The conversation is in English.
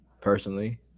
personally